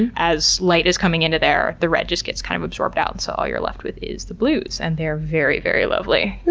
and as light is coming in, the red just gets kind of absorbed out, and so all you're left with is the blues, and they're very, very lovely.